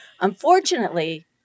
Unfortunately